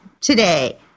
Today